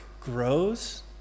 grows